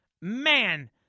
Man